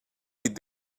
die